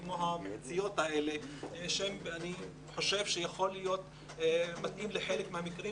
האלה שאני חושב שיכול להיות שיתאימו בחלק מהמקרים.